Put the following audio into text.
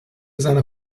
seiner